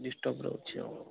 disturb ରହୁଛି ଆଉ